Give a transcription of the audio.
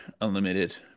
unlimited